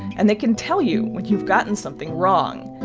and they can tell you when you've gotten something wrong.